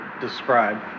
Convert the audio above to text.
describe